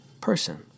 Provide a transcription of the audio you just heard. person